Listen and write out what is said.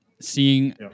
seeing